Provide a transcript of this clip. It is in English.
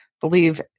believe